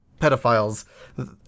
pedophiles